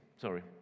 sorry